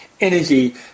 energy